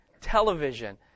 television